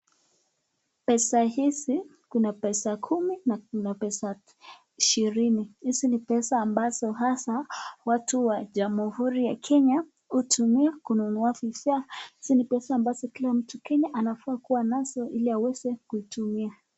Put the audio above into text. Pesa hizi kuna pesa kumi na kuna pesa ishirini. Hizi ni pesa ambazo hasa watu wa Jamhuri ya Kenya hutumia kununua vifaa. Hizi ni pesa ambazo kila mtu Kenya anafaa kuwa nazo ili aweze kutumia.